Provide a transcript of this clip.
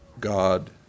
God